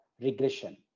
regression